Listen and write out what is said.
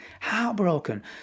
heartbroken